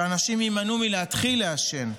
שאנשים יימנעו מלהתחיל לעשן,